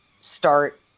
start